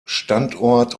standort